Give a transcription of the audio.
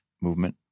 movement